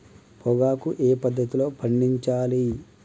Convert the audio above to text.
పొగాకు ఏ పద్ధతిలో పండించాలి?